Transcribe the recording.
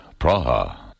Praha